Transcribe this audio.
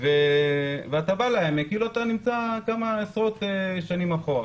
אתה בא לעמק כאילו אתה נמצא כמה עשרות שנים אחורה.